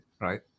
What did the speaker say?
right